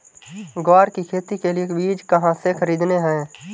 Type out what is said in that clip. ग्वार की खेती के लिए बीज कहाँ से खरीदने हैं?